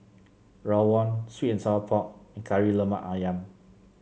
rawon sweet and Sour Pork and Kari Lemak ayam